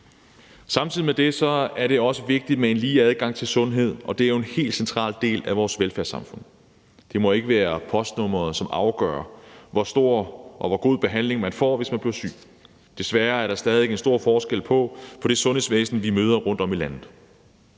Samtidig med det er det også vigtigt med en lige adgang til sundhed, og det er jo en helt central del af vores velfærdssamfund. Det må ikke være postnummeret, som afgør, hvor stor og hvor god behandling man får, hvis man bliver syg. Desværre er der stadig væk en stor forskel på det sundhedsvæsen, vi møder rundtom i landet.